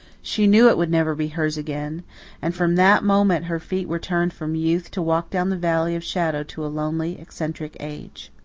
she knew it would never be hers again and from that moment her feet were turned from youth to walk down the valley of shadow to a lonely, eccentric age.